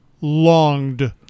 longed